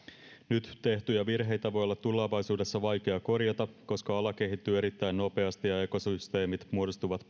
nyt tehtyjä virheitä voi olla tulevaisuudessa vaikea korjata koska ala kehittyy erittäin nopeasti ja ja ekosysteemit muodostuvat